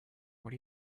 what